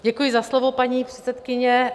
Děkuji za slovo, paní předsedkyně.